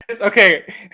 Okay